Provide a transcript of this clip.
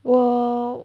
我